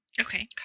Okay